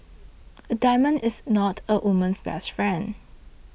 a diamond is not a woman's best friend